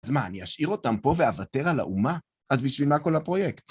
אז מה, אני אשאיר אותם פה והוותר על האומה? אז בשביל מה כל הפרויקט?